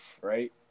right